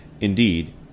Indeed